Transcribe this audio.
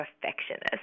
perfectionist